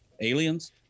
Aliens